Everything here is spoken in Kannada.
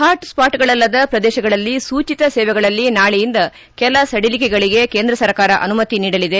ಹಾಟ್ಸ್ಟಾಟ್ಗಳಲ್ಲದ ಪ್ರದೇಶಗಳಲ್ಲಿ ಸೂಚಿತ ಸೇವೆಗಳಲ್ಲಿ ನಾಳೆಯಿಂದ ಕೆಲ ಸಡಿಲಿಕೆಗಳಿಗೆ ಕೇಂದ್ರ ಸರ್ಕಾರ ಅನುಮತಿ ನೀಡಲಿದೆ